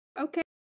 Okay